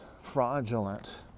fraudulent